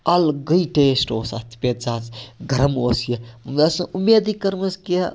اَلگٕے ٹیسٹ اوس اَتھ پِتزا ہَس گَرَم اوس یہِ مےٚ ٲس نہٕ اُمیدٕے کٔرمٕژ کہِ